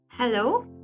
Hello